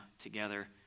together